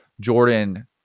Jordan